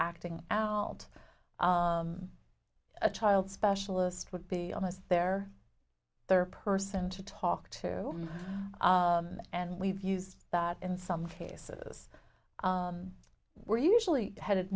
acting out a child specialist would be almost their third person to talk to and we've used that in some cases we're usually headed